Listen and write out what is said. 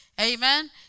Amen